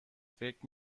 فکر